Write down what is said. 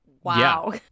wow